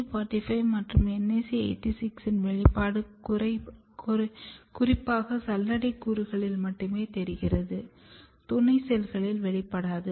NAC 45 மற்றும் NAC 86 இன் வெளிப்பாடு குறிப்பாக சல்லடை கூறுகளில் மட்டுமே தெரிகிறது துணை செல்களில் வெளிப்படாது